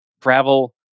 travel